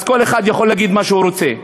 אז כל אחד יכול להגיד מה שהוא רוצה.